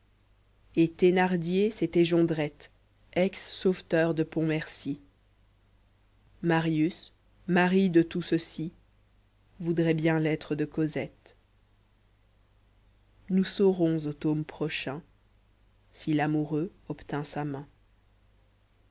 et thenardier c'était jondrettc ex sauvetèur de pontmercy marius marri de tout ceci voudrait bien l'être de cosettc nous saurons au tome prochain si l'amoureux obtint sa main